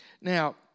Now